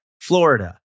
Florida